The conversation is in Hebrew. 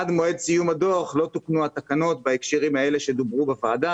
עד מועד סיום הדוח לא תוקנו התקנות בהקשרים האלה שדוברו בוועדה,